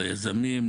ליזמים,